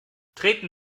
treten